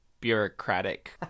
bureaucratic